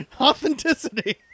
authenticity